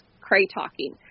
cray-talking